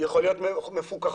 יכולות להיות מפוקחות